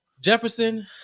Jefferson